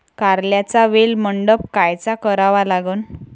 कारल्याचा वेल मंडप कायचा करावा लागन?